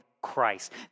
Christ